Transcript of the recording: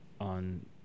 on